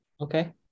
Okay